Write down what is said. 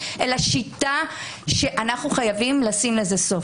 אלא שיטה שאנחנו חייבים לשים לה סוף.